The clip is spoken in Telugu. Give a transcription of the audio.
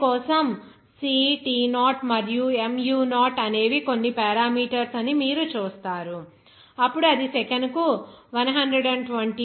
ఎయిర్ కోసం C T0 మరియు mu0 అనేవి కొన్ని పారామీటర్స్ అని మీరు చూస్తారు అప్పుడు అది సెకనుకు 120 291